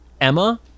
emma